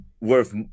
Worth